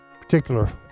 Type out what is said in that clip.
particular